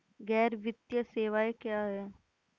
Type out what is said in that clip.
गैर वित्तीय सेवाएं क्या हैं?